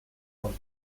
goya